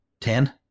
ten